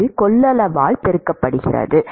இது கொள்ளளவால் பெருக்கப்படுகிறது